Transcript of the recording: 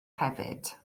hefyd